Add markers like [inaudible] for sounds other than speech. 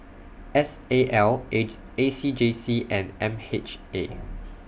S A L [unintelligible] A C J C and M H A